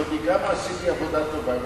וגם עשיתי עבודה טובה.